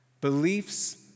Beliefs